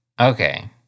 Okay